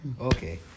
okay